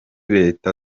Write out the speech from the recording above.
leta